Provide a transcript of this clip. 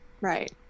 right